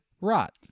rot